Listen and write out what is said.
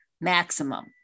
maximum